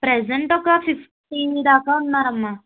present ఒక fifty దాకా ఉన్నారు అమ్మ